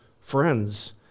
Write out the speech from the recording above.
friends